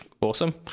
awesome